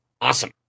awesome